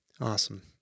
Awesome